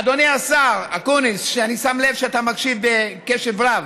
אדוני השר אקוניס, שאני שם לב שאתה מקשיב בקשב רב.